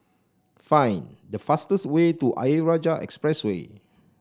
find the fastest way to Ayer Rajah Expressway